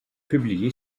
publiée